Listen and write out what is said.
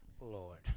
Lord